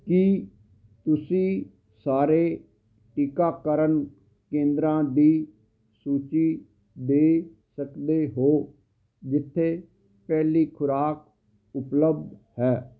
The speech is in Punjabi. ਕੀ ਤੁਸੀਂ ਸਾਰੇ ਟੀਕਾਕਰਨ ਕੇਂਦਰਾਂ ਦੀ ਸੂਚੀ ਦੇ ਸਕਦੇ ਹੋ ਜਿੱਥੇ ਪਹਿਲੀ ਖੁਰਾਕ ਉਪਲੱਬਧ ਹੈ